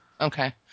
Okay